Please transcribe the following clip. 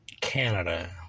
Canada